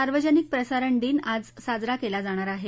सार्वजनिक प्रसारण दिन आज साजरा केला जाणार आहे